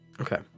Okay